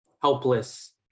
helpless